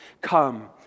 come